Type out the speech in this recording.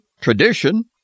tradition